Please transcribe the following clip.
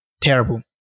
terrible